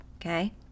Okay